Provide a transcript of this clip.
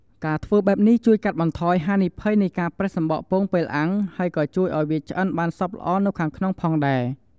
ការធ្វើបែបនេះជួយកាត់បន្ថយហានិភ័យនៃការប្រេះសំបកពងពេលអាំង ហើយក៏ជួយឱ្យវាឆ្អិនបានសព្វល្អនៅខាងក្នុងផងដែរ។